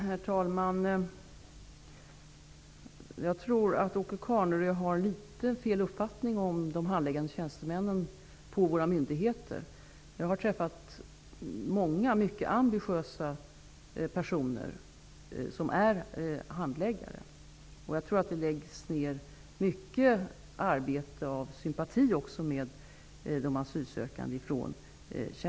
Herr talman! Jag tror att Åke Carnerö har en felaktig uppfattning om de handläggande tjänstemännen på våra myndigheter. Jag har träffat många mycket ambitiösa handläggare, och jag tror att de lägger ner mycket arbete och känner sympati för de asylsökande.